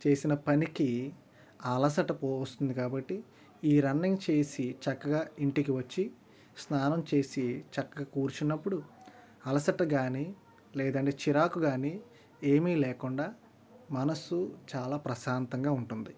చేసిన పనికి అలసట పోవస్తుంది కాబట్టి ఈ రన్నింగ్ చేసి చక్కగా ఇంటికి వచ్చి స్నానం చేసి చక్కగా కూర్చున్నప్పుడు అలసట కానీ లేదని చిరాకు కానీ ఏమీ లేకుండా మనసు చాలా ప్రశాంతంగా ఉంటుంది